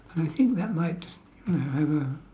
and I think that might uh have a